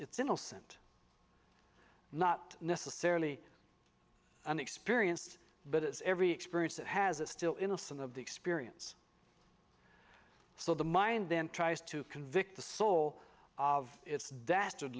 innocent not necessarily an experienced but it's every experience that has a still innocent of the experience so the mind then tries to convict the soul of its dastard